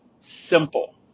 simple